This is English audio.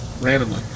randomly